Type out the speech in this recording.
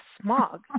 smog